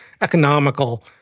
economical